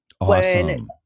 Awesome